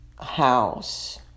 house